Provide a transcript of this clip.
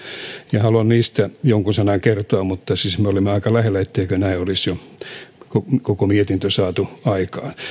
ja haluan niistä jonkun sanan kertoa mutta siis me olimme aika lähellä etteikö näin olisi koko mietintö saatu aikaan